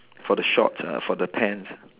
for the shorts uh for the pants